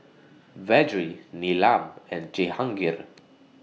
Vedre Neelam and Jehangirr